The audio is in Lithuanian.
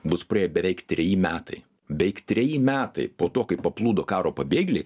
bus praėję beveik treji metai beveik treji metai po to kai paplūdo karo pabėgėliai